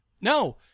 No